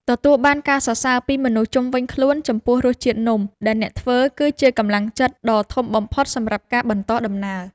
ទទួលបានការសរសើរពីមនុស្សជុំវិញខ្លួនចំពោះរសជាតិនំដែលអ្នកធ្វើ គឺជាកម្លាំងចិត្តដ៏ធំបំផុតសម្រាប់ការបន្តដំណើរ។